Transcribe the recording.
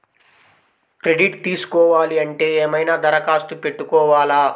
Credit తీసుకోవాలి అంటే ఏమైనా దరఖాస్తు పెట్టుకోవాలా?